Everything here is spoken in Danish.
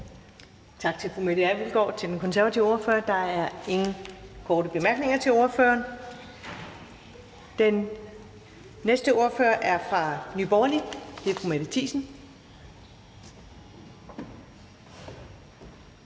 den konservative ordfører. Der er ingen korte bemærkninger til ordføreren. Den næste ordfører er fra Nye Borgerlige. Det er fru Mette Thiesen.